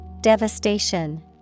Devastation